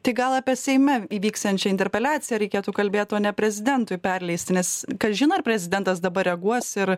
tai gal apie seime įvyksiančią interpeliaciją reikėtų kalbėt o ne prezidentui perleisti nes kas žino ar prezidentas dabar reaguos ir